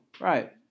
Right